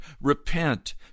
Repent